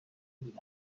بودم